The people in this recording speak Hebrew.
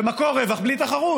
ומקור רווח בלי תחרות.